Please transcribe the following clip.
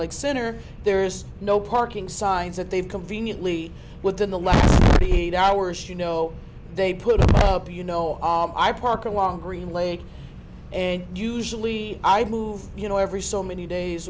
like center there's no parking signs that they've conveniently within the last forty eight hours you know they put up you know i park along green lake and usually i move you know every so many days